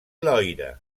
loira